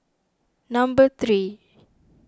number three